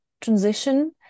transition